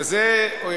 ומה זה הצלחה